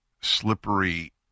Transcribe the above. slippery